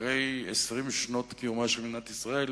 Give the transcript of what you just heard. אחרי 20 שנות קיומה של מדינת ישראל